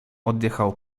odjechał